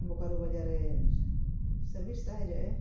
ᱵᱳᱠᱟᱨᱳ ᱵᱟᱡᱟᱨ ᱨᱮ ᱥᱟᱨᱵᱷᱤᱥ ᱛᱟᱦᱮᱸ ᱡᱚᱜ ᱮ